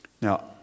Now